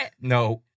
No